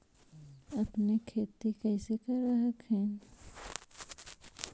अपने खेती कैसे कर हखिन?